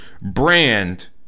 brand